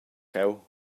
cheu